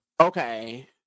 Okay